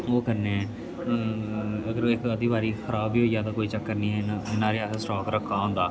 ओह् करने अगर एक अद्धी बारी खराब बी होई जा तां कोई चक्कर नी ऐ इन्ना इन्ना क असें स्टाक रक्खा होंदा